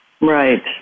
Right